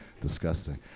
disgusting